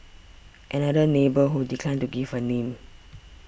another neighbour who declined to give her name